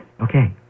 Okay